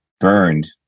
burned